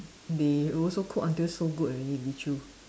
they also cook until so good already Li Choo